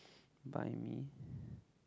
buy me